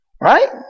right